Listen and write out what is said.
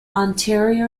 ontario